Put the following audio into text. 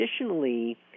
Additionally